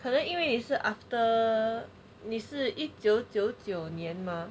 可能因为你是 after 你是一九九九年 mah